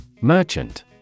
Merchant